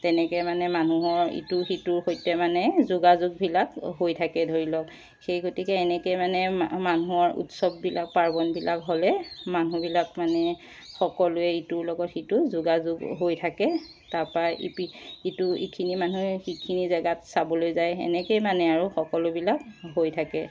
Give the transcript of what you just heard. তেনেকৈ মানে মানুহৰ ইটো সিটোৰ সৈতে মানে যোগাযোগবিলাক হৈ থাকে ধৰি লওক সেই গতিকে এনেকৈ মানে মানুহৰ উৎসৱবিলাক পাৰ্বণবিলাক হ'লে মানুহবিলাক মানে সকলোৱে ইটোৰ লগত সিটো যোগাযোগ হৈ থাকে তাপা ইপি ইটো ইখিনি মানুহে সিখিনি জেগাত চাবলৈ যায় এনেকৈয়ে মানে আৰু সকলোবিলাক হৈ থাকে